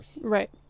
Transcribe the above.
Right